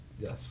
Yes